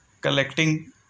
collecting